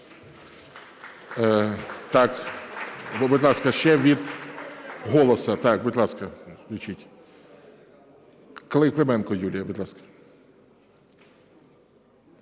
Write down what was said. Будь ласка, ще від "Голос". Так, будь ласка, включіть. Клименко Юлія, будь ласка.